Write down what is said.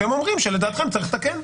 אתם אומרים שלדעתכם צריך לתקן.